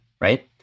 right